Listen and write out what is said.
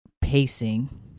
pacing